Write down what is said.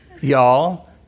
y'all